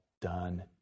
done